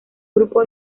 grupo